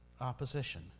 opposition